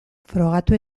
frogatu